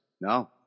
No